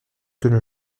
que